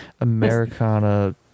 americana